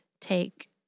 take